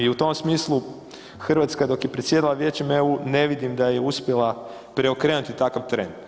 I u tom smislu Hrvatska dok je predsjedala Vijećem EU ne vidim da je uspjela preokrenuti takav teren.